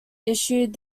issued